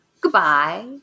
goodbye